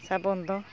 ᱥᱟᱵᱚᱱ ᱫᱚ